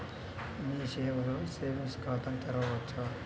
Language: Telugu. మీ సేవలో సేవింగ్స్ ఖాతాను తెరవవచ్చా?